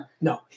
No